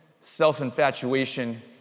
self-infatuation